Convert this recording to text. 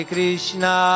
Krishna